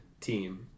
team